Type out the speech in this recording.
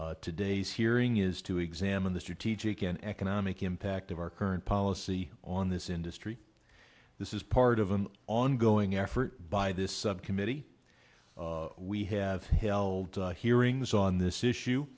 today's hearing is to examine the strategic and economic impact of our current policy see on this industry this is part of an ongoing effort by this subcommittee we have held hearings on this issue